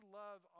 love